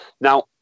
Now